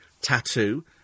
tattoo